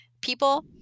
people